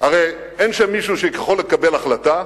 הרי אין שם מישהו שיכול לקבל החלטה,